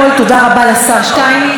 תודה רבה לשר שטייניץ.